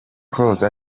close